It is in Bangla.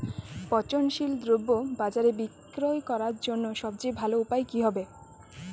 পচনশীল দ্রব্য বাজারে বিক্রয় করার জন্য সবচেয়ে ভালো উপায় কি হবে?